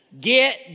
Get